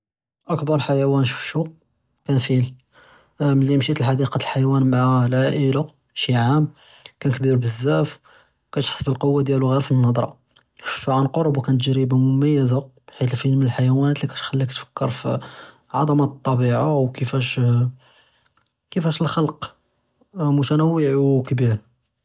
אַקְבַּר חַיְוַאן שְׁפְּתוּ כָּאן פִּיל מִלִּי מְשִׁيت לְחַדִּיקַת אֶלְחַיַוָאן מְעַא אֶלְעַאִלַה שִׁי עָאם כָּאן כְּבִּיר בְּזַאף וְכַאתְחַס בֶּאלְקּוּעָה דִּיַאלוּ גִ'יר פִי אֶלְנַظְרָה, שַׁפְתוּ עَنْ קִרְבּוּ כָּאנְת תַּגְרִיבָה מְמַיֶּזָה חִית אֶלְפִּיל מִן אֶלְחַיַוָאןַאת לִי כַּאתְחַלִּיך תְּפַכֵּר פִּعְזַמַּת אֶלְטְבִיעָה וְכִּיףַאש אֶלְחְלַק מֻתַנַוֵּע וְכְבִּיר.